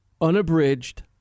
Unabridged